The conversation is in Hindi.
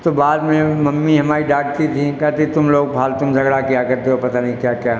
तो बाद में हम मम्मी हमारी डांटती थी कहती तुम लोग फालतू में झगड़ा किया करते हो पता नहीं क्या क्या